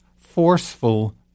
forceful